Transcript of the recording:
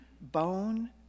bone